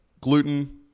gluten